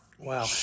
Wow